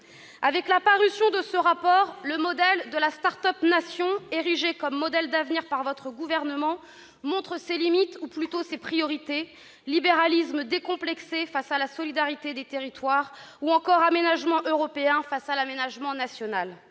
Avec la parution de ce rapport, la « start-up Nation » érigée comme modèle d'avenir par votre gouvernement montre ses limites ou plutôt ses priorités : libéralisme décomplexé face à la solidarité des territoires, ou encore aménagement européen face à l'aménagement national.